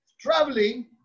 traveling